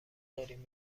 داریم